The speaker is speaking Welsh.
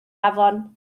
afon